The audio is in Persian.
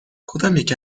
کدامیک